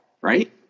Right